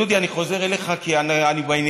דודי, אני חוזר אליך כי אני בעניינים.